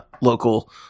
local